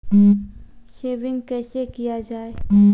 Saving कैसै किया जाय?